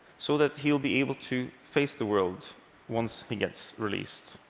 so that he will be able to face the world once he gets released?